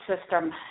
system